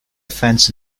fence